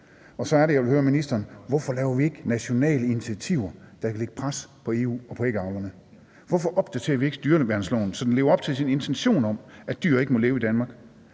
Så er det, jeg vil høre ministeren, hvorfor vi ikke laver nationale initiativer, der kan lægge pres på EU og på hønseavlerne. Hvorfor opdaterer vi ikke dyreværnsloven, så den lever op til sin intention om, at dyr ikke må lide i Danmark?